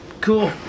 cool